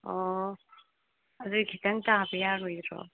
ꯑꯣ ꯑꯗꯨ ꯈꯖꯤꯛꯇꯪ ꯇꯥꯕ ꯌꯥꯔꯣꯏꯗ꯭ꯔꯣ